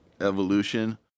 evolution